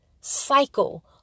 cycle